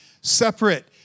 separate